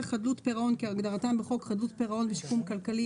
חדלות פירעון כהגדרתם בחוק חדלות פירעון ושיקום כלכלי,